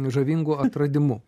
žavingu atradimu